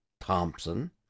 Thompson